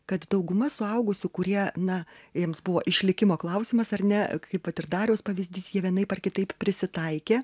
kad dauguma suaugusių kurie na jiems buvo išlikimo klausimas ar ne kaip vat ir dariaus pavyzdys jie vienaip ar kitaip prisitaikė